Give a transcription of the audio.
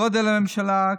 גודל הממשלה,